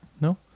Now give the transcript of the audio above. No